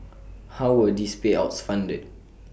how were these payouts funded